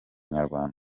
nyarwanda